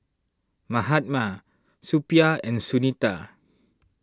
Mahatma Suppiah and Sunita